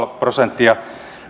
prosenttia